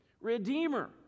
Redeemer